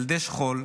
ילדי שכול,